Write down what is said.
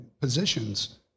positions